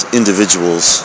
individuals